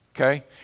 Okay